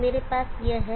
तो मेरे पास यह है